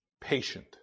Patient